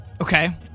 Okay